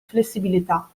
flessibilità